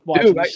Dude